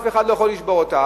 אף אחד לא יכול לשבור אותה,